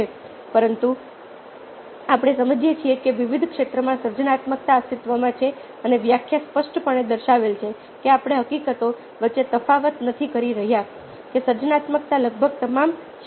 પરંતુ આજે આપણે સમજીએ છીએ કે વિવિધ ક્ષેત્રોમાં સર્જનાત્મકતા અસ્તિત્વમાં છે અને વ્યાખ્યા સ્પષ્ટપણે દર્શાવેલ છે કે આપણે હકીકતો વચ્ચે તફાવત નથી કરી રહ્યા કે સર્જનાત્મકતા લગભગ તમામ શાખાઓમાં અસ્તિત્વમાં છે